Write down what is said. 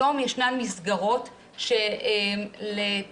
היום ישנן מסגרות שלטעמי,